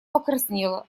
покраснела